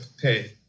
pay